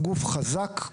גוף חזק,